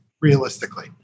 Realistically